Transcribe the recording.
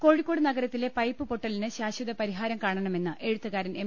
കോഴിക്കോട് നഗരത്തിലെ പൈപ്പ് പൊട്ടലിന് ശാശ്വതപരിഹാരം കാണ ണമെന്ന് എഴുത്തുകാരൻ എം